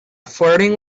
flirting